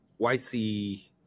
yc